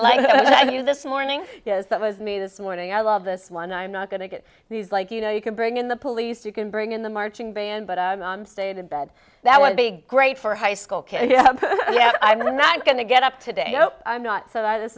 do this morning is that was me this morning i love this one i'm not going to get these like you know you could bring in the police you can bring in the marching band but i stayed in bed that would be great for high school kids yeah i'm not going to get up today i'm not so that this